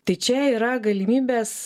tai čia yra galimybes